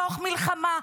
בתוך מלחמה,